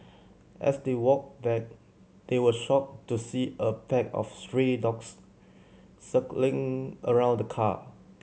as they walked back they were shocked to see a pack of stray dogs circling around the car